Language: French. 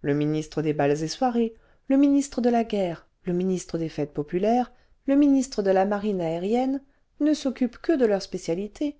le ministre des bals et soirées le ministre de la guerre le ministre des fêtes populaires le ministre de la marine aérienne ne s'occupent que de leurs spécialités